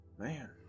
Man